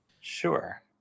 sure